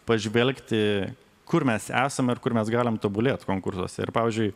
pažvelgti kur mes esame ir kur mes galim tobulėt konkursuose ir pavyzdžiui